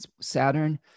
Saturn